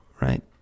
right